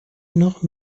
noch